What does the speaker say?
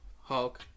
Hulk